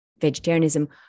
vegetarianism